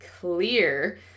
clear